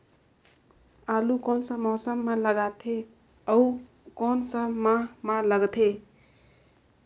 आलू कोन सा मौसम मां लगथे अउ कोन सा माह मां लगथे?